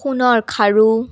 সোণৰ খাৰু